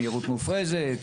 מהירות מופרזת,